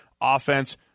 offense